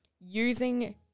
using